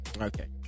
Okay